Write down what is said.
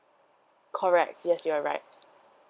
correct yes you're right